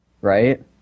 right